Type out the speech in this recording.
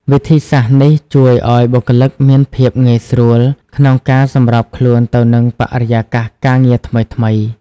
វិធីសាស្រ្តនេះជួយឲ្យបុគ្គលិកមានភាពងាយស្រួលក្នុងការសម្របខ្លួនទៅនឹងបរិយាកាសការងារថ្មីៗ។